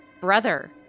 brother